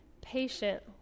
patient